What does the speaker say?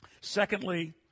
Secondly